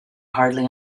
hardly